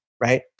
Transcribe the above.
right